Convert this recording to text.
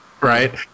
Right